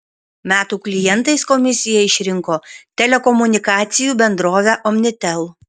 metų klientais komisija išrinko telekomunikacijų bendrovę omnitel